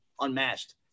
unmatched